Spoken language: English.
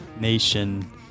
Nation